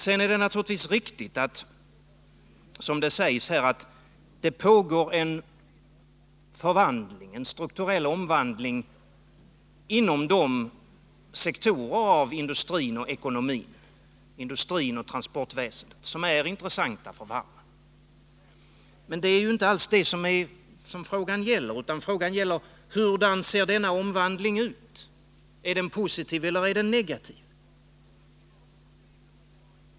Sedan är det naturligtvis riktigt, som det sägs här, att det pågår en förvandling, en strukturell omvandling, inom de sektorer av industrin, ekonomin och transportväsendet som är intressanta för varven. Men det är ju inte alls det som frågan gäller, utan frågan gäller: Hur ser denna omvandling ut? Är den positiv eller negativ?